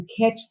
catch